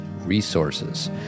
Resources